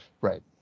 Right